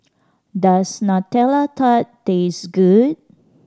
does Nutella Tart taste good